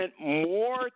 more